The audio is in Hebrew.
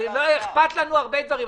לא אכפת לנו הרבה דברים.